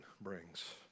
brings